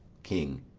king.